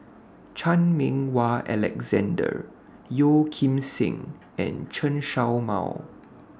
Chan Meng Wah Alexander Yeo Kim Seng and Chen Show Mao